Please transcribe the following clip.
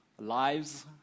lives